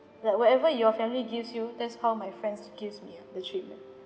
like whatever your family gives you that's how my friends gives me ah the treatment